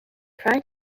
prior